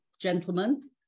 gentlemen